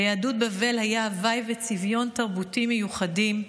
ליהדות בבל היו הווי וצביון תרבותי מיוחדים,